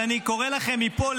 אני קורא לכם מפה,